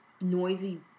noisy